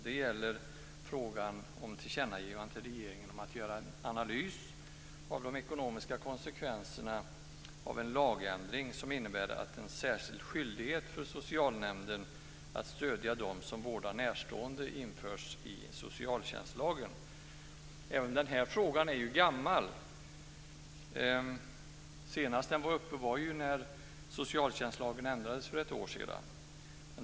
Det gäller tillkännagivandet till regeringen om att göra en analys av de ekonomiska konsekvenserna av att en lagändring införs i socialtjänstlagen om en särskild skyldighet för socialnämnden att stödja dem som vårdar närstående. Även denna fråga är gammal. Senast var den uppe när socialtjänstlagen ändrades för ett år sedan.